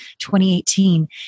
2018